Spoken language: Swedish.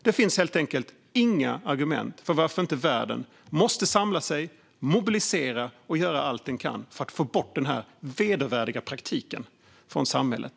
Det finns helt enkelt inga argument för att världen inte ska samla sig, mobilisera och göra allt den kan för att få bort denna vedervärdiga praktik från samhället.